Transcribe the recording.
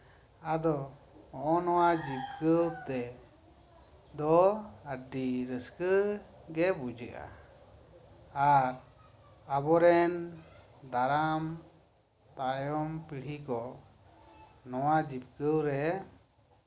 ᱟᱫᱚ ᱦᱚᱸᱜᱼᱚ ᱱᱚᱶᱟ ᱡᱤᱵᱠᱟᱹ ᱛᱮ ᱫᱚ ᱟᱹᱰᱤ ᱨᱟᱹᱥᱠᱟᱹ ᱜᱮ ᱵᱩᱡᱟᱹᱜᱼᱟ ᱟᱨ ᱟᱵᱚᱨᱮᱱ ᱫᱟᱨᱟᱢ ᱛᱟᱭᱚᱢ ᱯᱤᱲᱦᱤ ᱠᱚ ᱱᱚᱶᱟ ᱡᱤᱵᱠᱟᱹᱣ ᱨᱮ